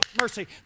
mercy